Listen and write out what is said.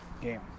game